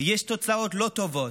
יש תוצאות לא טובות,